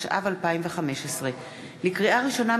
התשע"ו 2015. לקריאה ראשונה,